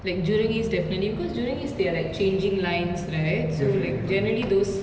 like jurong east definitely because jurong east they are like changing lines right so like generally those